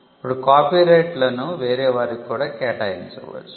ఇప్పుడు కాపీరైట్లను వేరే వారికి కూడా కేటాయించవచ్చు